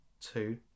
two